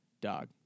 dog